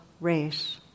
race